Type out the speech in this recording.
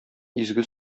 изге